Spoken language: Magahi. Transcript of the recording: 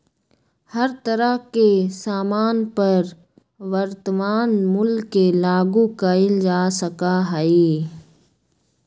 हर तरह के सामान पर वर्तमान मूल्य के लागू कइल जा सका हई